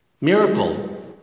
Miracle